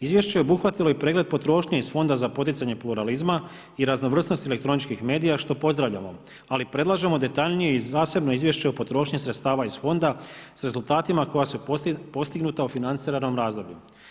Izvješće je obuhvatilo i pregled potrošnje iz Fonda za poticanje pluralizma i raznovrsnosti elektroničkih medija što pozdravljamo, ali predlažemo detaljnije i zasebno izvješće o potrošnji sredstava iz fonda s rezultatima koja su postignuta u financiranom razdoblju.